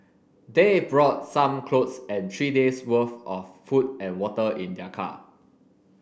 they brought some clothes and three days' worth of food and water in their car